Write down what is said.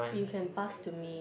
you can pass to me